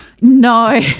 No